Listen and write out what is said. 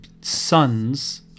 sons